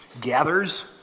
gathers